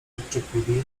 odczepili